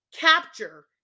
capture